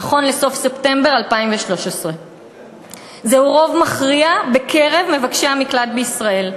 נכון לסוף ספטמבר 2013. זהו רוב מכריע בקרב מבקשי המקלט בישראל.